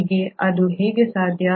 ಈಗ ಅದು ಹೇಗೆ ಸಾಧ್ಯ